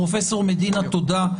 פרופ' מדינה, תודה.